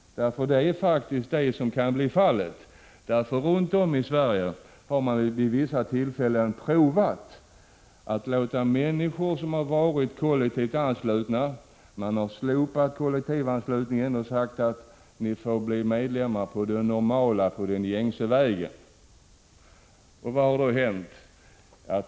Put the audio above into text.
Det är faktiskt vad som kan bli fallet. Runt omi Sverige har man vid vissa tillfällen prövat att slopa kollektivanslutningen och sagt att människor får bli medlemmar den gängse vägen. Vad har då hänt?